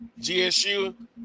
GSU